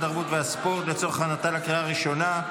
התרבות והספורט לצורך הכנתה לקריאה הראשונה.